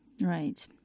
Right